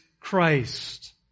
Christ